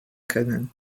können